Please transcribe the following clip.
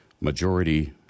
majority